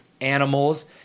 animals